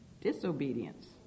Disobedience